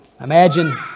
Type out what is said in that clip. Imagine